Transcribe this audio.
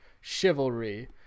Chivalry